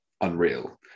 unreal